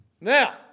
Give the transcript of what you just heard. Now